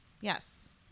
Yes